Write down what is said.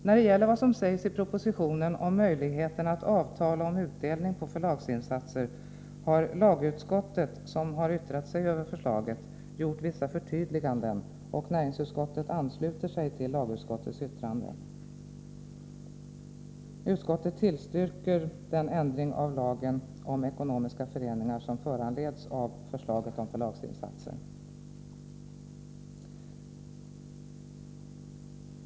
När det gäller vad som sägs i propositionen om möjligheten att avtala om utdelning på förlagsinsatser har lagutskottet i sitt yttrande över förslaget gjort vissa förtydliganden, och näringsutskottet ansluter sig till lagutskottets yttrande. Den ändring av lagen om ekonomiska föreningar som föranleds av förslaget om förlagsinsatser tillstyrks av utskottet.